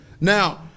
Now